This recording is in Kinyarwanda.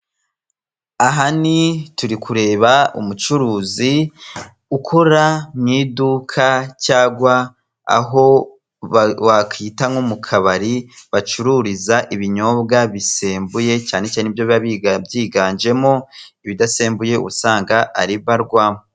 Aha ni turi kureba umucuruzi ukora mu iduka cyangwa aho wakita nko mu kabari bacururiza ibinyobwa bisembuye cyane cyane nibyo biba byiganjemo ibidasembuye usanga ari mbarwa.